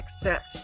accept